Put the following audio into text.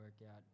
workout